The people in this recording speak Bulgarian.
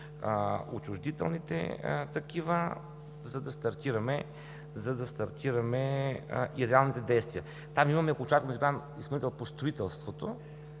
отчуждителните такива, за да стартираме и реалните действия. Там имаме окончателно избран изпълнител по строителството,